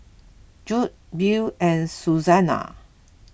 Jude Bill and Susana